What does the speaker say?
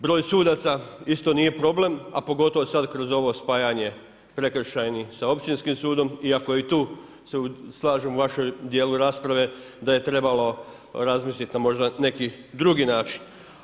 Broj sudaca isto nije problem a pogotovo sad kroz ovo spajanje prekršajnih sa općinskim sudom iako i tu se slažem u vašem dijelu rasprave da je trebalo razmisliti na možda neki drugi način.